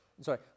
sorry